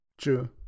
True